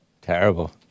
Terrible